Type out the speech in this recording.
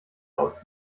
aus